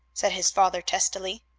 said his father testily.